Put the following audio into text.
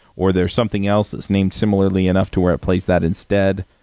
or there's something else that's named similarly enough to where it plays that instead.